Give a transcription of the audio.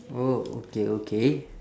oh okay okay